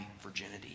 virginity